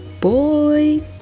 boy